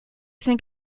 think